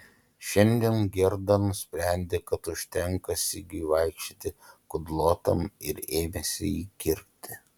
šiandien gerda nusprendė kad užtenka sigiui vaikščioti kudlotam ir ėmėsi jį kirpti